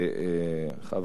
אני חייב לומר שזה היה על דעתי,